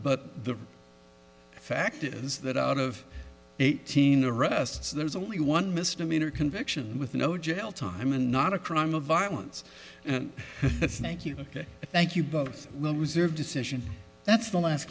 but the fact is that out of eighteen arrests there's only one misdemeanor conviction with no jail time and not a crime of violence and thank you ok thank you both their decision that's the last